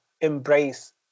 embrace